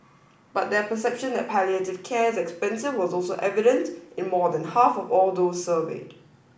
but their perception that palliative care is expensive was also evident in more than half of all those surveyed